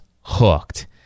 hooked